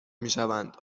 میشوند